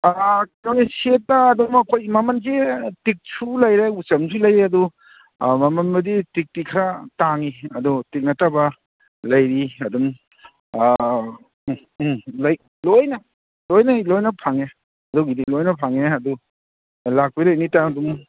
ꯀꯔꯤ ꯁꯦꯠꯇ ꯑꯗꯨꯝ ꯑꯩꯈꯣꯏꯒꯤ ꯃꯃꯟꯁꯤ ꯇꯤꯛꯁꯨ ꯂꯩꯔꯦ ꯎꯆꯝꯁꯨ ꯂꯩ ꯑꯗꯨ ꯑꯥ ꯃꯃꯟꯕꯨꯗꯤ ꯇꯤꯛꯇꯤ ꯈꯔ ꯇꯥꯡꯉꯤ ꯑꯗꯣ ꯇꯤꯛ ꯅꯠꯇꯕ ꯂꯩꯔꯤ ꯑꯗꯨꯝ ꯑꯥ ꯎꯝ ꯎꯝ ꯂꯩ ꯂꯣꯏꯅ ꯂꯣꯏꯅ ꯂꯣꯏꯅ ꯐꯪꯉꯦ ꯑꯗꯨꯒꯤꯗꯤ ꯂꯣꯏꯅ ꯐꯪꯉꯦ ꯑꯗꯨ ꯂꯥꯛꯄꯤꯔꯣ ꯑꯦꯅꯤ ꯇꯥꯏꯝ ꯑꯗꯨꯝ